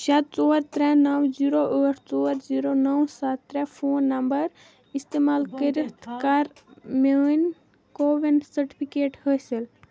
شےٚ ژور ترٛےٚ نَو زیٖرو ٲٹھ ژور زیٖرو نَو سَتھ ترٛےٚ فون نَمبر اِستعمال کٔرِتھ کَر میٛٲنۍ کووِن سٕٹفِکیٹ حٲصِل